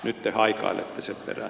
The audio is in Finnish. nyt te haikailette sen perään